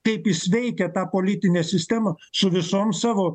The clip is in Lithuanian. kaip jis veikia tą politinę sistemą su visom savo